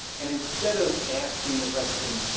and instead of asking the question,